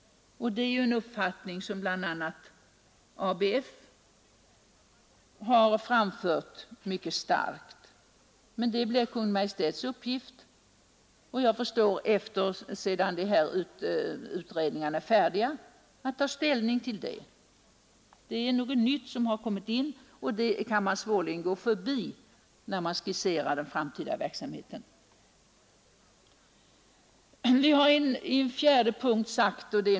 Det är en uppfattning som bl.a. ABF har framfört mycket starkt. Det blir Kungl. Maj:ts uppgift sedan utredningarna är färdiga att ta ställning. Det är något nytt som har kommit in och som man svårligen kan gå förbi när man skisserar den framtida verksamheten. 4.